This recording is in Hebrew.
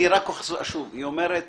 היא אומרת